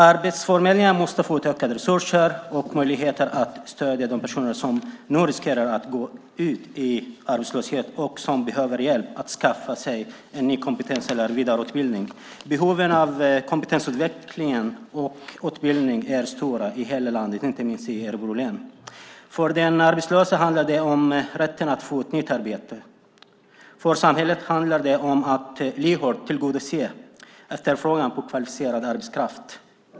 Arbetsförmedlingen måste få utökade resurser och möjligheter att stödja de personer som nu riskerar att gå ut i arbetslöshet och som behöver hjälp att skaffa sig en kompetens eller vidareutbildning. Behoven av kompetensutveckling och utbildning är stora i hela landet och inte minst i Örebro län. För den arbetslöse handlar det om rätten att få ett nytt arbete. För samhället handlar det om att lyhört tillgodose efterfrågan på kvalificerad arbetskraft.